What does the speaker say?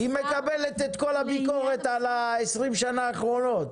היא מקבלת את כל הביקורת על 20 השנים האחרונות,